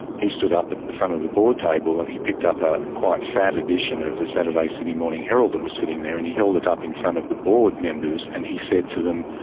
he stood up at the front of the board table and he picked up a quite fat edition of the saturday sydney morning heraldthat was sitting there. and he held it up in front of the board members and he said to them,